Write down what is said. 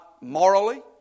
morally